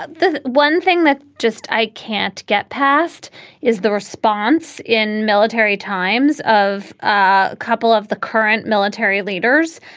ah the one thing that just i can't get past is the response in military times of a couple of the current military leaders,